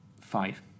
five